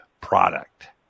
product